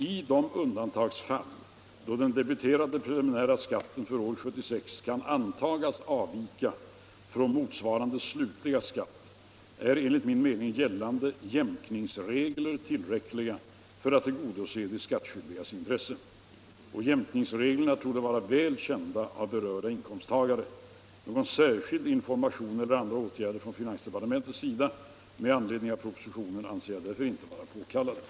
I de undantagsfall då den debiterade preliminära skatten för år 1976 kan antagas avvika från motsvarande slutliga skatt är enligt min mening gällande jämkningsregler tillräckliga för att tillgodose de skattskyldigas intresse. Jämkningsreglerna torde vara väl kända av berörda inkomsttagare. Någon särskild information eller andra åtgärder från finansdepartementets sida med anledning av propositionen anser jag därför inte vara påkallade.